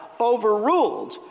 overruled